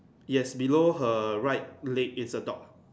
yes below her right leg is a dog